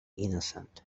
innocent